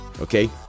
okay